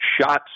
shots